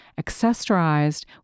accessorized